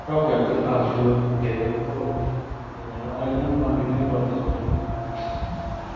ट्रफीहरू पनि पाएको छु धेरै हो त्यसले गर्दा अहिले पनि कन्टिन्यु नै गर्दैछु मैले डान्स